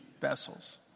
vessels